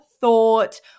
thought